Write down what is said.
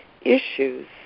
issues